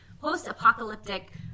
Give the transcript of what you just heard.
post-apocalyptic